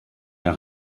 der